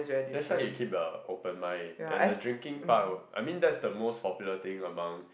that's why you keep a open mind and the drinking part I mean that's the most popular thing among